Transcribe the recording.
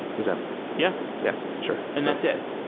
does that yeah. yeah sure. and that's it.